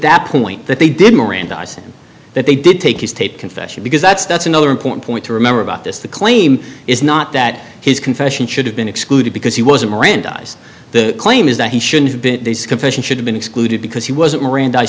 that point that they did mirandized that they did take his taped confession because that's that's another important point to remember about this the claim is not that his confession should have been excluded because he wasn't mirandized the claim is that he shouldn't have been these confessions should have been excluded because he wasn't mirandi